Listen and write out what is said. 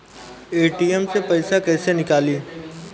ATM से पैसा कैसे नीकली?